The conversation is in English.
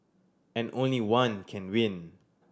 and only one can win